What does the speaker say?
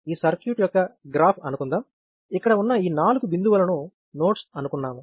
దీనిని ఈ సర్క్యూట్ యొక్క గ్రాఫ్ అనుకుందాం ఇక్కడ ఉన్న ఈ నాలుగు బిందువులను నోడ్స్ అనుకున్నాము